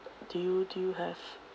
do you do you have